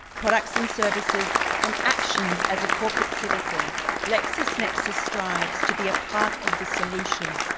products and services and actions as a corporate citizen lexisnexis strives to be a part of the solution.